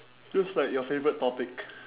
looks like your favourite topic